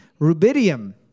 rubidium